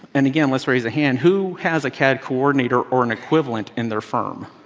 and again let's raise a hand, who has a cad coordinator or an equivalent in their firm?